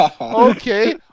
Okay